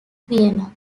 vienna